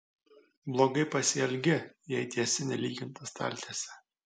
blogai pasielgi jei tiesi nelygintą staltiesę